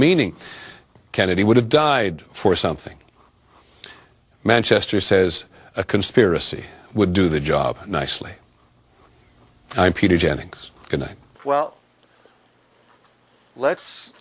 meaning kennedy would have died for something manchester says a conspiracy would do the job nicely i'm peter jennings well let's